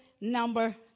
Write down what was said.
number